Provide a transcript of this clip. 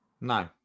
No